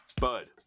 Bud